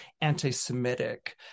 anti-Semitic